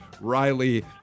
Riley